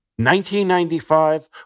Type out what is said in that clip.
1995